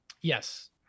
Yes